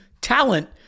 talent